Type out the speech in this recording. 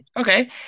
Okay